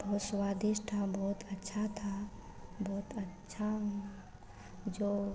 बहुत स्वादिष्ट था बहुत अच्छा था बहुत अच्छा जो